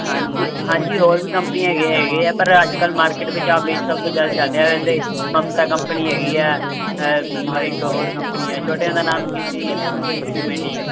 ਹਾਂਜੀ ਹਾਂਜੀ ਹੋਰ ਵੀ ਕੰਪਨੀ ਹੈਗੇ ਹੈਗੇ ਹੈ ਪਰ ਅੱਜ ਕੱਲ੍ਹ ਮਾਰਕੀਟ ਵਿੱਚ ਆਹ ਬੀਜ ਸਭ ਤੋਂ ਜ਼ਿਆਦਾ ਚੱਲ ਰਿਹਾ ਅਤੇ ਹਮ ਤਾਂ ਕੰਪਨੀ ਹੈਗੀ ਹੈ ਇੱਕ ਹੋਰ ਕੰਪਨੀ ਹੈ ਛੋਟਿਆਂ ਦਾ ਨਾਮ ਕੀ ਸੀ ਇੱਕ ਮਿੰਟ ਜੀ